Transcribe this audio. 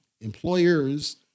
employers